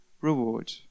reward